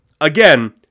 Again